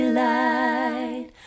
light